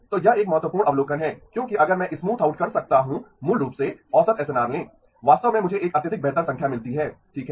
तो यह एक महत्वपूर्ण अवलोकन है क्योंकि अगर मैं स्मूथ आउट कर सकता हूँ मूल रूप से औसत एसएनआर लें वास्तव में मुझे एक अत्यधिक बेहतर संख्या मिलती है ठीक है